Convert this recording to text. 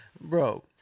Bro